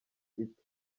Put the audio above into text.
iti